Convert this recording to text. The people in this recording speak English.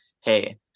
hey